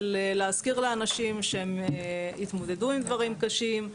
להזכיר לאנשים שהם התמודדו עם דברים קשים,